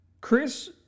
Chris